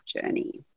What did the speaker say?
journey